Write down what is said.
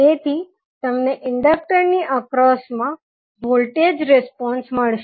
તેથી તમને ઇન્ડકટર ની અક્રોસ મા વોલ્ટેજ રિસ્પોન્સ મળશે